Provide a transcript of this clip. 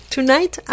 Tonight